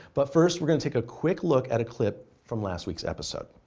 but first, we're going to take a quick look at a clip from last week's episode.